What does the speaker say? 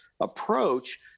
approach